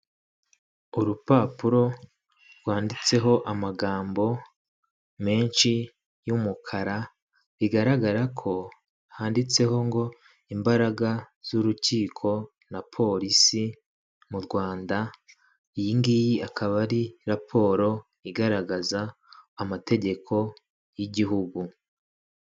Urupapuro rwanditseho amagambo menshi y'umukara, bigaragara ko handitseho ngo imbaraga zurukiko na polisi mu Rwanda, iyi ngiyi akaba ari raporo igaragaza amategeko y'igihugu.